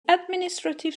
administrative